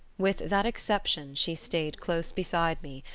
with that exception, she stayed close beside me,